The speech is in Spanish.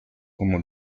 como